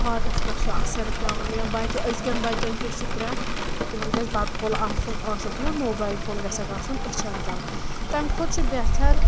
ہاٹس پٮ۪ٹھ چھُ اثر پٮ۪وان یا بچہٕ أز کٮ۪ن بچن کیٛاہ چھُ پرہ تِمن گژھِ بتہٕ پھوٚل آسُن ٲسس منٛز موبایل فون گژھٮ۪کھ آسُن أچھن تل تمہِ کھۄتہٕ چھُ بہتر